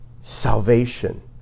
salvation